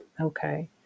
Okay